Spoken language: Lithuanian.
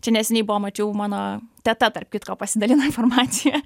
čia neseniai buvo mačiau mano teta tarp kitko pasidalino informacija